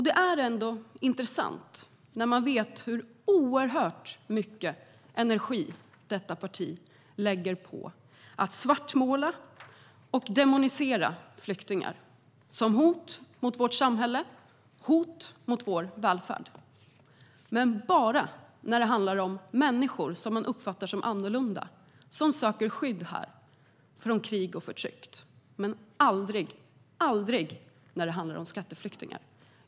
Det är ändå intressant när man vet hur oerhört mycket energi detta parti lägger på att svartmåla och demonisera flyktingar som hot mot vårt samhälle och mot vår välfärd. Men det är bara när det handlar om människor som man uppfattar som annorlunda och som söker skydd här från krig och förtryck. Det är aldrig, aldrig när det handlar om skatteflyktingar.